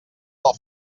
del